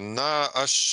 na aš